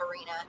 arena